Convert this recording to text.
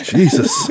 Jesus